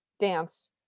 Dance